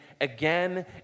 again